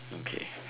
okay